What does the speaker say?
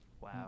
Wow